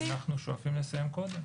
אנחנו שואפים לסיים קודם